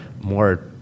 more